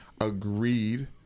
Agreed